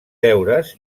deures